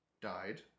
died